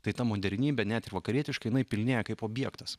tai ta modernybė net ir vakarietiška jinai pilnėja kaip objektas